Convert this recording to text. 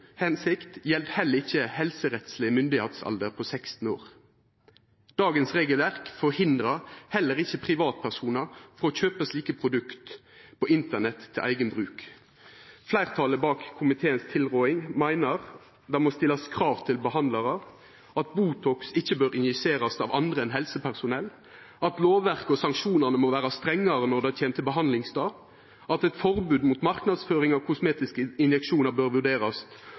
gjeld heller ikkje helserettsleg myndigheitsalder på 16 år. Dagens regelverk hindrar heller ikkje privatpersonar frå å kjøpa slike produkt på internett til eige bruk. Fleirtalet bak tilrådinga frå komiteen meiner at det må stillast krav til behandlarar, at Botox ikkje bør injiserast av andre enn helsepersonell, at lovverket og sanksjonane må vera strengare når det kjem til behandlingsstad, at eit forbod mot marknadsføring av kosmetiske injeksjonar bør vurderast,